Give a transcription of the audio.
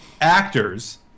actors